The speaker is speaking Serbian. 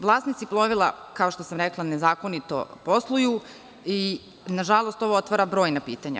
Vlasnici plovila, ako što sam rekla, nezakonito posluju i nažalost ovo otvara brojna pitanja.